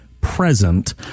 present